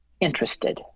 interested